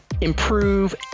improve